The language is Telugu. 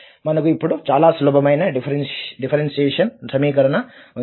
కాబట్టి మనకు ఇప్పుడు చాలా సులభమైన డిఫరెన్షియేషన్ సమీకరణం ఉంది